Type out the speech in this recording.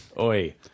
Oi